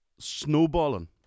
Snowballing